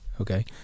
Okay